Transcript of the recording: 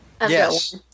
Yes